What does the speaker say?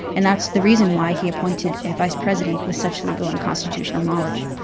and that's the reason why he appointed a vice-president with such legal and constitutional knowledge.